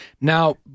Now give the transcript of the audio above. Now